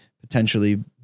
potentially